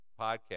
podcast